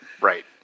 Right